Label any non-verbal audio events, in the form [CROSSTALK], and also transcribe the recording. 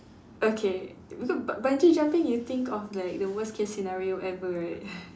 okay [NOISE] bungee jumping you think of like the worst case scenario ever right [LAUGHS]